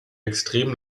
extrem